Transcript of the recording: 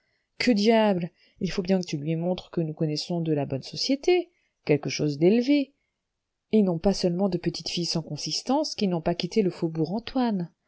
que diable il faut bien que tu lui montres que nous connaissons de la bonne société quelque chose d'élevé et non pas seulement de petites filles sans consistance qui n'ont pas quitté le faubourg antoine